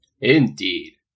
Indeed